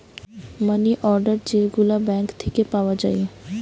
মানি order যে গুলা bank থিকে পাওয়া যায়